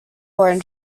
born